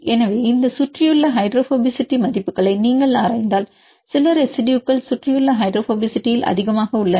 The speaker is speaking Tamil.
எனவே இந்த சுற்றியுள்ள ஹைட்ரோபோபசிட்டி மதிப்புகளை நீங்கள் ஆராய்ந்தால் சில ரெசிடுயுகள் சுற்றியுள்ள ஹைட்ரோபோபசிட்டியில் அதிகமாக உள்ளன